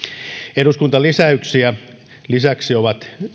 eduskuntalisäyksiä ovat